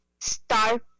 Start